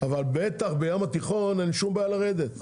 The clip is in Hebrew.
אבל בטח בים התיכון אין שום בעיה לרדת.